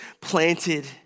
planted